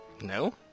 No